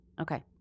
Okay